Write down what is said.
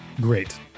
Great